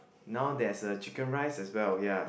now there's a chicken rice as well ya